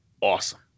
awesome